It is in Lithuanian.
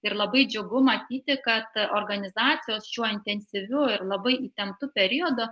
ir labai džiugu matyti kad organizacijos šiuo intensyviu ir labai įtemptu periodu